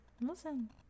Listen